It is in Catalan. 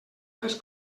les